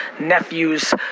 nephews